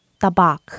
tabak